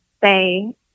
say